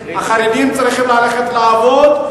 החרדים צריכים ללכת לעבוד.